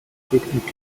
toulouse